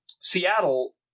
Seattle